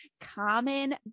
common